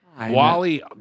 Wally